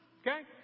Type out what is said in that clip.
Okay